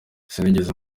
sinigeze